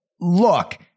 look